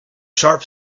sharp